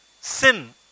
Sin